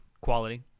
quality